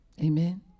Amen